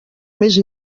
més